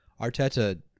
Arteta